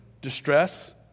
distress